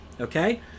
okay